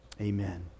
Amen